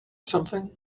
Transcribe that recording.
something